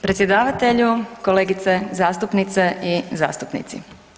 Predsjedavatelju, kolegice zastupnice i zastupnici.